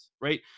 right